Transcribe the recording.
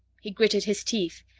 he gritted his teeth,